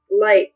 light